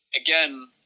again